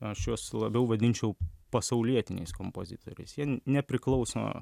aš juos labiau vadinčiau pasaulietiniais kompozitoriais jie nepriklauso